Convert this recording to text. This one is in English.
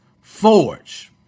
forge